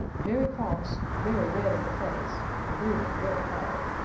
very cross, very red in the face, and breathing very hard.